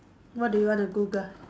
what do you want to Google